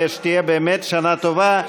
ושתהיה באמת שנה טובה.